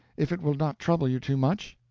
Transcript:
if it will not trouble you too much?